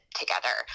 together